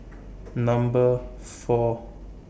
Number four